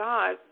God